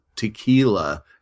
tequila